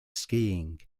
skiing